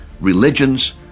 religions